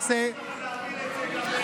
להעביר את זה גם,